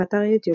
באתר יוטיוב